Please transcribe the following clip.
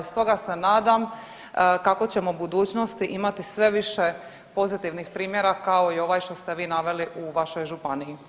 Stoga se nadam kako ćemo u budućnosti imati sve više pozitivnih primjera kao i ovaj što ste vi naveli u vašoj županiji.